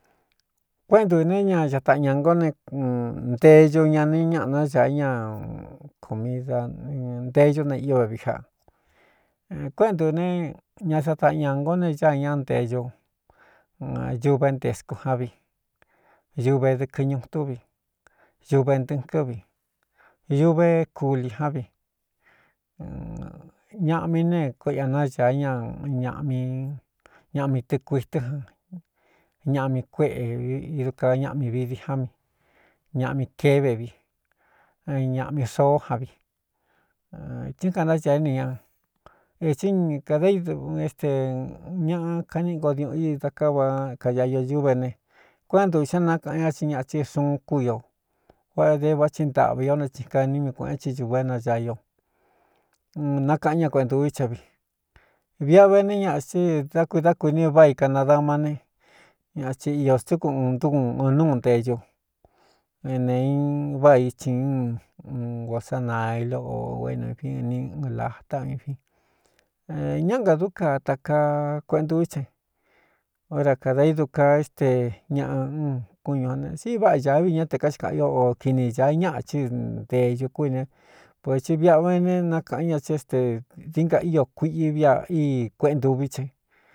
Kuéꞌen ntuvī ne ña cataꞌ ñā ngó ne nteñu ña ni ñaꞌa na ñaa ña ko mi da nteyú ne i vevií jáꞌa kuéꞌentu ne ña zataꞌ ñā ngo ne ñáa ña nte ñuduve ntéscu ján vi ñuve dɨkɨñuꞌun ntúvi yuve ntɨ̄ꞌɨn kɨ́vi yuve kulī ján vi ñaꞌ mi ne koó ia nañāa ña ñꞌ ñaꞌmi tɨɨkuitɨ́ jan ñaꞌ mi kuéꞌevi iduka ñaꞌmi vi di já mi ñaꞌmi keve vi n ñaꞌmi xoó jan vi tɨn knáña éni ña ētsí kada ídun éste ñaꞌa kaniꞌinko diuꞌun i da ká va kaa io dúve ne kuéꞌentūvi sá nákaꞌan ña tsi ñaꞌa chi xuun kúio vuá de vá tsi ntaꞌva io né tsikaními kuēꞌen chí ñuvu é naña io nákaꞌan ña kueꞌe ntūví cha vi viꞌa vene ñaꞌa thí dá kui dá kuini váꞌā i kanadamá ne ña thi iō stúku uɨn ntúkun ɨn núu nteñu énēein váꞌā icin n guo sanailo o ūén vi ni ɨn lātá in fin ñáꞌ nga dú kaa takaa kueꞌentuví chai óra kādā ídu ka é ste ñaꞌa ún kúñū jan ne siꞌiváꞌā ñāvi ñá te káxkāꞌan io o kini ñāa ñaꞌa chɨ́ ntēeñu kúīne vētsi viꞌa ve ne nákāꞌan ña tsi é ste diínka ío kuiꞌi viꞌ a íi kueꞌentuví cha i.